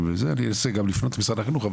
אני אנסה גם לפנות למשרד החינוך,